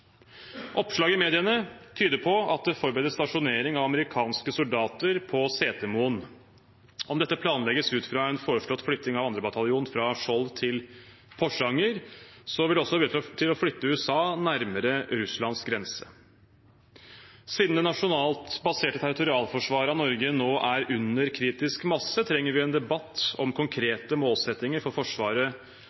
i mediene tyder på at det forberedes stasjonering av amerikanske soldater på Setermoen. Om dette planlegges ut fra en foreslått flytting av 2. bataljon fra Skjold til Porsanger, vil det også bidra til å flytte USA nærmere Russlands grense. Siden det nasjonalt baserte territorialforsvaret av Norge nå er under kritisk masse, trenger vi en debatt om konkrete målsettinger for Forsvaret